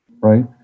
right